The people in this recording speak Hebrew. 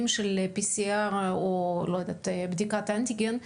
של בדיקת ה-PCR או של בדיקת האנטיגן,